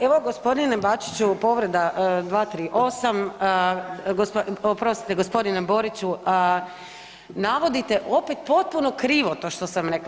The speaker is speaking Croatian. Evo gospodine Bačiću, povreda 238., oprostite gospodine Boriću, navodite opet potpuno krivo to što sam rekla.